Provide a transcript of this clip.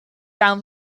found